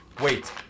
Wait